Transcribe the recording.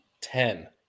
ten